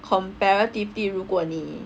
comparatively 如果你